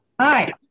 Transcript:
Hi